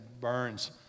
burns